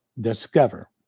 discover